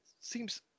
seems